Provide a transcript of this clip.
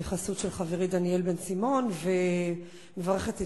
להתייחסות של חברי חבר הכנסת בן-סימון ומברכת את